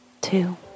two